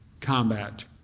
combat